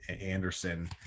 Anderson